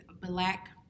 black